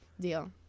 Deal